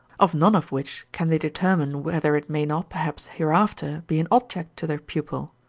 of none of which can they determine whether it may not perhaps hereafter be an object to their pupil,